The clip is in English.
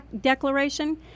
declaration